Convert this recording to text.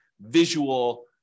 visual